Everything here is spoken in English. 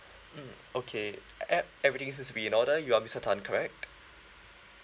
mm okay err everything seems to be in order you are mister tan correct